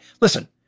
Listen